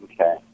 Okay